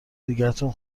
دیگتون